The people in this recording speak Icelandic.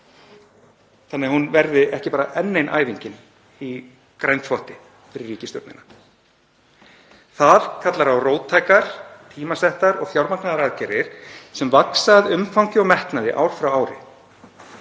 þannig að hún verði ekki bara enn ein æfingin í grænþvotti fyrir ríkisstjórnina. Það kallar á róttækar, tímasettar og fjármagnaðar aðgerðir sem vaxa að umfangi og metnaði ár frá ári.